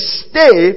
stay